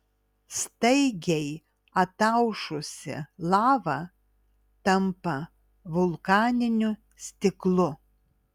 staigiai ataušusi lava tampa vulkaniniu stiklu